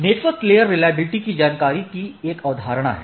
network layer reachability की जानकारी की एक अवधारणा है